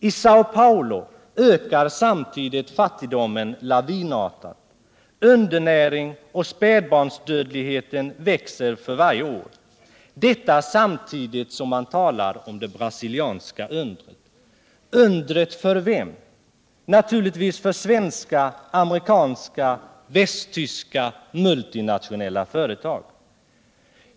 I Säo Paulo ökar samtidigt fattigdomen lavinartat, undernäring och spädbarnsdödlighet växer för varje år — detta samtidigt som man talar om det brasilianska undret. Undret för vem? Naturligtvis för svenska, amerikanska och västtyska multinationella företag.